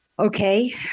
Okay